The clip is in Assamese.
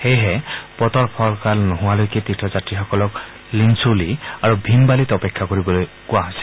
সেয়েহে বতৰ ফৰকাল নোহোৱালৈকে তীৰ্থ যাত্ৰীসকলক লিনটেলি আৰু ভীমবালিত অপেক্ষা কৰিবলৈ কোৱা হৈছে